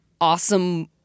awesome